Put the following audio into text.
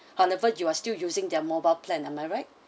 however you are still using their mobile plan am I right